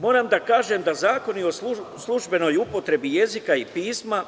Moram da kažem da Zakon o službenoj upotrebi jezika i pisma